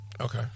Okay